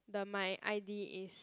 the my i_d is